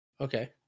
Okay